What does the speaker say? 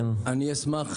אני אשמח,